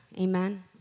amen